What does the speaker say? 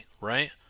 right